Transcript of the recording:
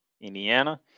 Indiana